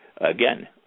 again